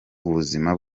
ubuzima